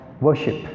worship